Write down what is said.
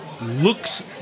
Looks